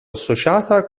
associata